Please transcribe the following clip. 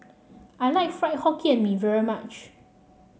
I like Fried Hokkien Mee very much